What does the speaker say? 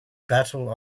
battle